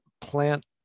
plant